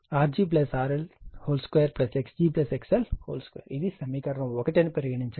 ఇప్పుడు P I2RL Vg2RLRg RL2Xg XL2 ఇది సమీకరణం 1 అని పరిగణించండి